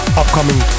upcoming